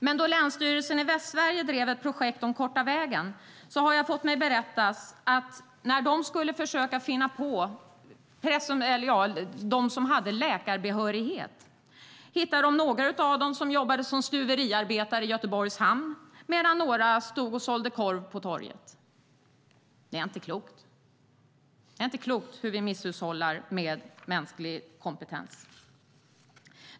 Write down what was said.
Men då länsstyrelsen i Västsverige drev projektet Korta vägen har jag fått mig berättas att när de sökte personer med läkarbehörighet hittade de några som jobbade som stuveriarbetare i Göteborgs hamn och andra som sålde korv på torget. Det är inte klokt hur vi misshushållar med mänsklig kompetens.